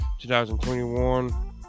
2021